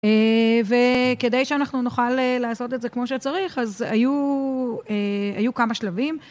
וכדי שאנחנו נוכל לעשות את זה כמו שצריך, אז היו כמה שלבים.